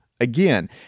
again